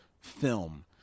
film